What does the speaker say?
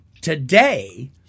today